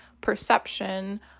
perception